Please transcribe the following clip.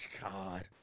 God